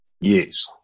Yes